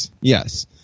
yes